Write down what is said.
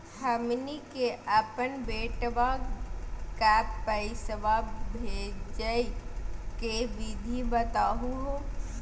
हमनी के अपन बेटवा क पैसवा भेजै के विधि बताहु हो?